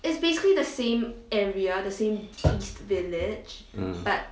ah